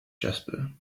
jasper